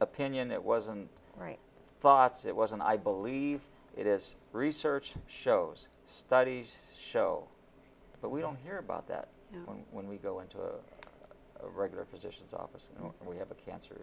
opinion it wasn't right thoughts it wasn't i believe it is research shows studies show but we don't hear about that when we go into a regular physician's office and we have a cancer